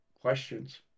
questions